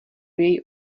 její